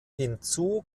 hinzu